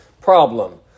problem